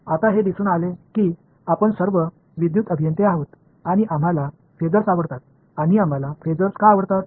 आता हे दिसून आले की आपण सर्व विद्युत अभियंते आहोत आणि आम्हाला फेजर्स आवडतात आणि आम्हाला फेसर का आवडतात